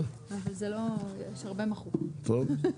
טוב.